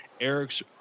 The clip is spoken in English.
Eric's